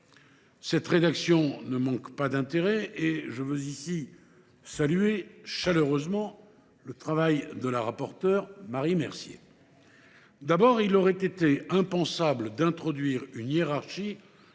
Cette rédaction ne manque pas d’intérêt et je veux ici saluer chaleureusement le travail de la rapporteure, Mme Marie Mercier. Tout d’abord, il aurait été impensable d’introduire une hiérarchie